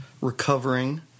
recovering